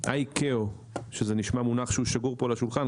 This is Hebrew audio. ה-ICAO שזה נשמע מונח שהוא שגור פה על השולחן,